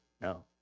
No